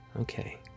Okay